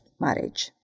marriage